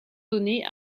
donné